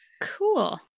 cool